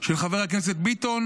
של חברת הכנסת ביטון,